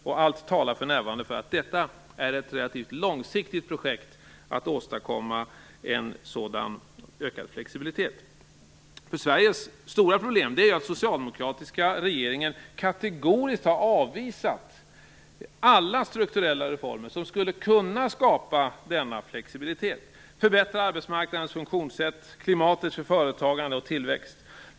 Och allt talar för närvarande för att det är ett relativt långsiktigt projekt att åstadkomma en sådan ökad flexibilitet. Sveriges stora problem är ju att den socialdemokratiska regeringen kategoriskt har avvisat alla strukturella reformer som skulle kunna skapa denna flexibilitet, förbättra arbetsmarknadens funktionssätt och klimatet för företagande och tillväxt.